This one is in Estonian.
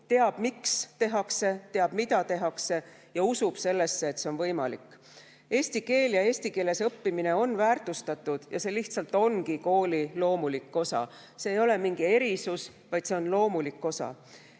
teab, miks tehakse, teab, mida tehakse, ja usub sellesse, et see on võimalik. Eesti keel ja eesti keeles õppimine on väärtustatud ja see lihtsalt ongi kooli loomulik osa. See ei ole mingi erisus, vaid see on loomulik osa.